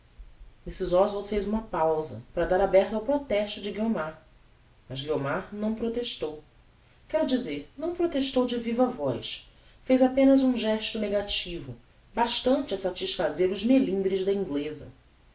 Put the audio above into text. mrs oswald fez uma pausa para dar aberta ao protesto de guiomar mas guiomar não protestou quero dizer não protestou de viva voz fez apenas um gesto negativo bastante a satisfazer os melindres da ingleza